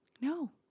No